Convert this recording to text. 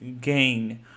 gain